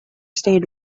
stayed